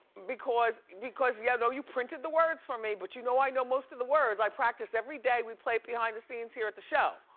because because yeah, i know you printed the words for me, but you know i know most of the words. i practice everyday, we play it behind the scenes here at the show.